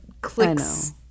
clicks